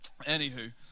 anywho